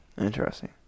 Interesting